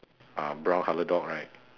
ah brown colour dog right